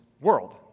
world